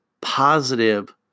positive